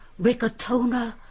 Ricotona